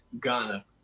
Ghana